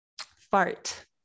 Fart